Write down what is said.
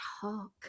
talk